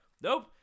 Nope